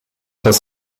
das